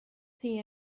see